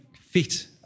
fit